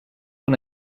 una